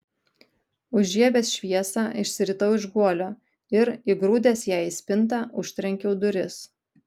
užžiebęs šviesą išsiritau iš guolio ir įgrūdęs ją į spintą užtrenkiau duris